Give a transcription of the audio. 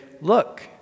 look